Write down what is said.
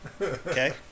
Okay